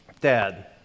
Dad